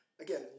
Again